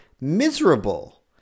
miserable